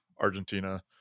Argentina